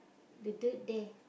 the dirt there